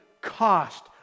cost